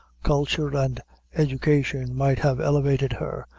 culture and education might have elevated, her,